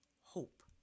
hope